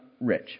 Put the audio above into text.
rich